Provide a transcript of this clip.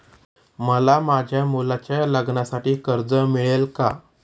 मला माझ्या मुलाच्या लग्नासाठी कर्ज मिळेल का?